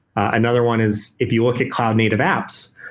another one is if you look at cloud-native apps,